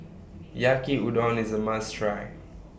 Yaki Udon IS A must Try